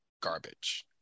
garbage